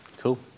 Cool